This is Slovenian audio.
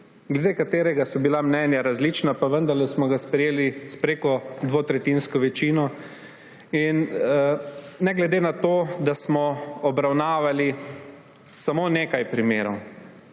glede katerega so bila mnenja različna, pa vendarle smo ga sprejeli s preko dvotretjinsko večino. Ne glede na to, da smo obravnavali samo nekaj primerov